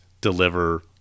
deliver